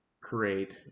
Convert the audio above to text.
create